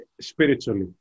spiritually